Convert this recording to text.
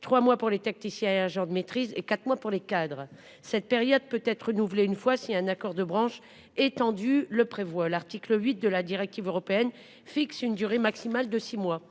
3 mois pour les techniciens et agents de maîtrise et 4 mois pour les cadres. Cette période peut être renouvelée une fois si un accord de branche étendu le prévoit l'article 8 de la directive européenne fixe une durée maximale de six mois,